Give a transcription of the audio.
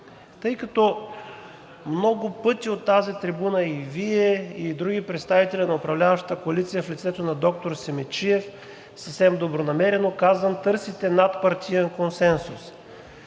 Тъй като много пъти от тази трибуна – и Вие, и други представители на управляващата коалиция в лицето на доктор Симидчиев, съвсем добронамерено казвам – търсите надпартиен консенсус.